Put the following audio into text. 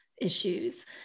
issues